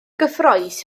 gyffrous